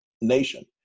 nation